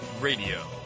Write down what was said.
Radio